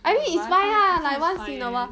I mean it's fine lah like once in a while